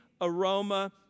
aroma